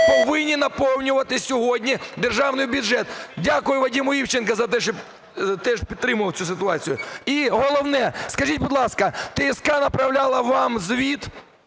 повинні наповнювати сьогодні державний бюджет. Дякую Вадиму Івченку за те, що теж підтримував цю ситуацію. І головне. Скажіть, будь ласка, ТСК направляла вам звіт